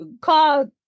call